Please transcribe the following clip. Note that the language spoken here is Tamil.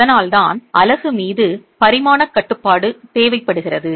அதனால்தான் அலகு மீது பரிமாணக் கட்டுப்பாடு தேவைப்படுகிறது